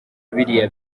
biriya